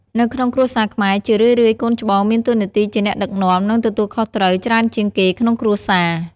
នៅក្នុងគ្រួសារខ្មែរ ជារឿយៗកូនច្បងមានតួនាទីជាអ្នកដឹកនាំ និងទទួលខុសត្រូវច្រើនជាងគេក្នុងគ្រួសារ។